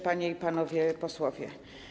Panie i Panowie Posłowie!